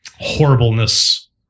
Horribleness